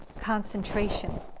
concentration